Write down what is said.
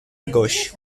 gauche